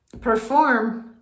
perform